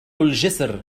الجسر